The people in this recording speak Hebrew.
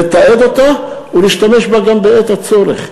לתעד אותה וגם להשתמש בה בעת הצורך.